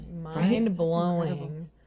mind-blowing